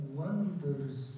wonders